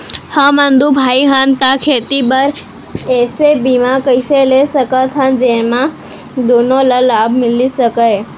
हमन दू भाई हन ता खेती बर ऐसे बीमा कइसे ले सकत हन जेमा दूनो ला लाभ मिलिस सकए?